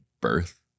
birth